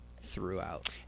throughout